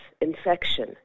infection